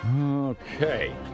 Okay